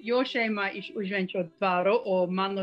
jo šeima iš užvenčio dvaro o mano